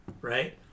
right